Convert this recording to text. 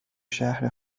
شهر